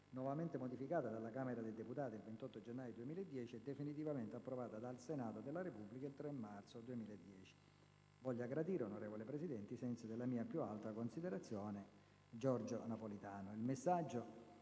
nuovamente modificata dalla Camera dei deputati il 28 gennaio 2010 e definitivamente approvata dal Senato della Repubblica il 3 marzo 2010. Voglia gradire, onorevole Presidente, i sensi della mia più alta considerazione. Giorgio Napolitano».